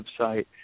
website